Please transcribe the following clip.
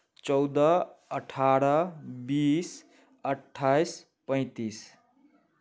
चौदह अठारह बीस अट्ठाइस पैंतीस